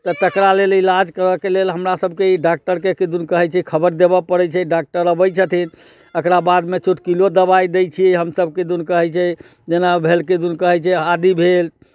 तऽ तकरा लेल इलाज करयके लेल हमरासभके ई डाक्टरके किदन कहै छै खबर देबय पड़ै छै डाक्टर अबै छथिन एकरा बादमे चोटकिलो दवाइ दै छियै हमसभ किदन कहै छै जेना भेल किदन कहै छै आदी भेल